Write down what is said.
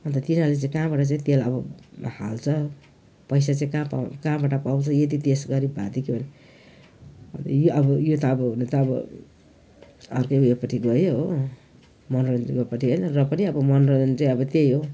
अन्त तिनीहरूले चाहिँ कहाँबाट चाहिँ तेल अब हाल्छ पैसा चाहिँ कहाँ पाउँ कहाँबाट पाउँछ यदि देश गरिब भएदेखि यो अब यो त अब हुनु त अब अर्कै उयोपट्टि गयो हो मनोरञ्जनकोपट्टि होइन र पनि अब मनोरञ्जन चाहिँ अब त्यही हो